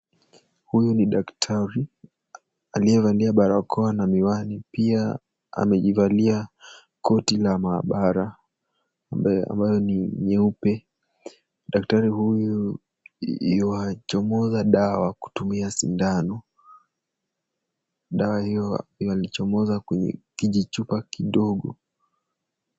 Huyu daktari aliyevalia barakoa na miwani. Pia amejivalia koti la maabara ambayo ni nyeupe. Daktari huyu yuachomoza dawa kutumia sindano. Dawa hiyo yaliyochomoza kwenye kijichupa kidogo.